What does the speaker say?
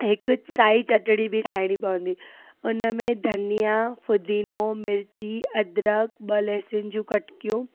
हिकु साई चटणी बि ठाहिणी पवंदी उन में धनिया पूदीनो मिर्ची अदरक ॿ लहसुन जूं कटकियूं